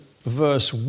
verse